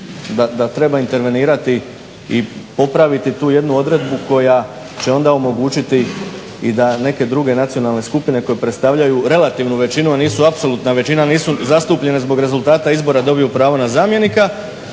da treba intervenirati i popraviti tu jednu odredbu koja će onda omogućiti da i neke druge nacionalne skupine koje predstavljaju relativnu većinu nisu apsolutna većina, nisu zastupljene zbog rezultata izbora dobiju pravo na zamjenika.